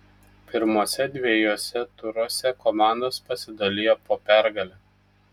pirmuose dviejuose turuose komandos pasidalijo po pergalę